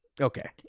okay